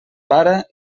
para